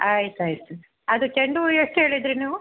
ಆಯ್ತು ಆಯಿತು ಅದು ಚೆಂಡು ಹೂವು ಎಷ್ಟು ಹೇಳಿದಿರಿ ನೀವು